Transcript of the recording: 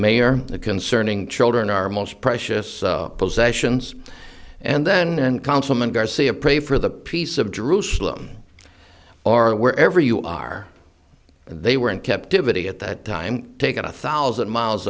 mayor concerning children our most precious possessions and then and councilman garcia pray for the peace of jerusalem or wherever you are they were in captivity at that time taking a thousand miles